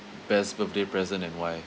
best birthday present and why